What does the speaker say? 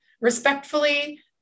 Respectfully